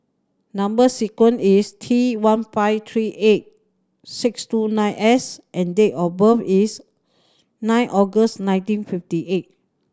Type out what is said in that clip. number sequence is T one five three eight six two nine S and date of birth is nine August nineteen fifty eight